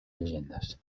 llegendes